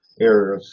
area